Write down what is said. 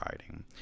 writing